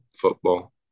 Football